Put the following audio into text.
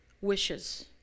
wishes